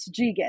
Jigen